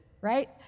right